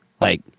Like-